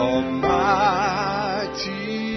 Almighty